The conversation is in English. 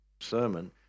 sermon